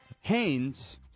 Haynes